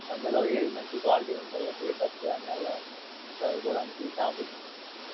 అందులో ఏది మంచి క్వాలిటీ ఉంటే పేపర్స్ గాని అలా చదువుకోవడానికి టాపిక్స్